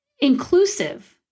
inclusive